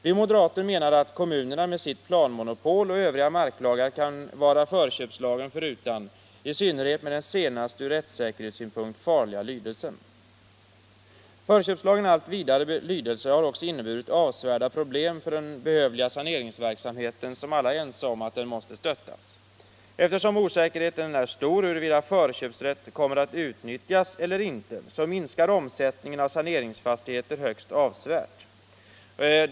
Vi moderater menar att kommunerna med sitt planmonopol och övriga marklagar kan vara förköpslagen förutan, i synnerhet med tanke på den senaste ur rättssäkerhetssynpunkt farliga lydelsen. Förköpslagens allt vidare lydelse har också inneburit avsevärda problem för den behövliga saneringsverksamheten, som alla är ense om måste stödjas. Eftersom osäkerheten är stor i frågan, om förköpsrätten kommer att utnyttjas eller inte, minskar omsättningen av saneringsfastigheter högst avsevärt.